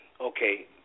Okay